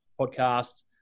podcasts